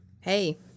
Hey